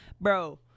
bro